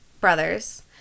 brothers